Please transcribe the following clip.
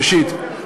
ראשית,